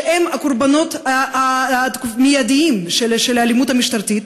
שהם הקורבנות המיידיים של האלימות המשטרתית,